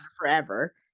Forever